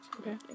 Okay